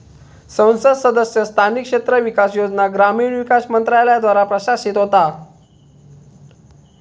संसद सदस्य स्थानिक क्षेत्र विकास योजना ग्रामीण विकास मंत्रालयाद्वारा प्रशासित होता